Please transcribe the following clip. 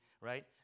right